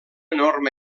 norma